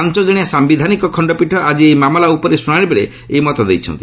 ପାଞ୍ଚ କଣିଆ ସାୟିଧାନିକ ଖଣ୍ଡପୀଠ ଆଜି ଏହି ମାମଲା ଉପରେ ଶୁଣାଣିବେଳେ ଏହି ମତ ଦେଇଛନ୍ତି